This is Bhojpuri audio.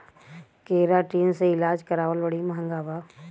केराटिन से इलाज करावल बड़ी महँगा बा